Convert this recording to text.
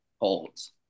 holds